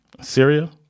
Syria